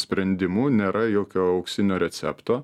sprendimų nėra jokio auksinio recepto